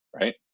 right